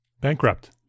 Bankrupt